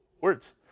Words